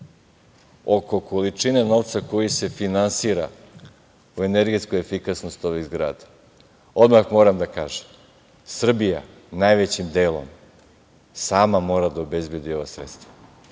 oko količine novca koji se finansira u energetsku efikasnost ovih zgrada. Odmah moram da kažem, Srbija najvećim delom sama mora da obezbedi ova sredstva.